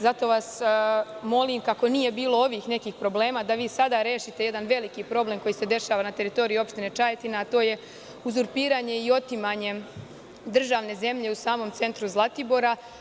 Zato vas molim, kako nije bilo ovih nekih problema, da vi sada rešite jedan veliki problem koji se dešava na teritoriji opštine Čajetina, a to je uzurpiranje i otimanje državne zemlje u samom centru Zlatibora.